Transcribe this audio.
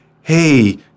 hey